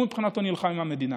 הוא מבחינתו נלחם עם המדינה.